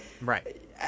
Right